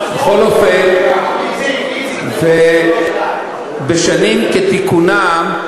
בכל אופן, בשנים כתיקונן,